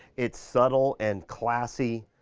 it's subtle and classy.